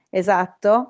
esatto